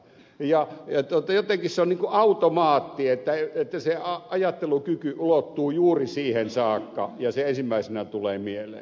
jotenkin se on niin kuin automaatti että se ajattelukyky ulottuu juuri siihen saakka ja se ensimmäisenä tulee mieleen